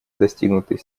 достигнутый